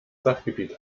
sachgebiet